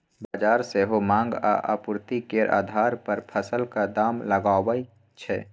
बजार सेहो माँग आ आपुर्ति केर आधार पर फसलक दाम लगाबै छै